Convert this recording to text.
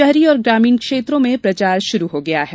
शहरी और ग्रामीण क्षेत्रों में प्रचार शुरू हो गया है